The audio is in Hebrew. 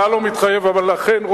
אבל אכן,